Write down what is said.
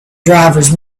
drivers